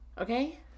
Okay